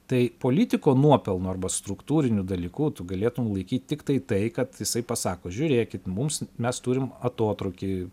tai politiko nuopelnu arba struktūriniu dalyku tu galėtum laikyt tiktai tai kad jisai pasako žiūrėkit mums mes turim atotrūkį